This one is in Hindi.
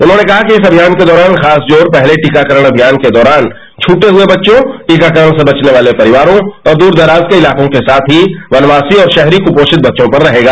उन्होंने कहा कि इस अभियान के दौरान खास जोर पहले टीकाकरण अभियान के दौरान छूटे हुए बच्चों टीकाकरण से बचने वाले परिवारों और दूरदराज के इलाकों के साथ ही वनवासी और शहरी कुपोषित बच्चों पर रहेगा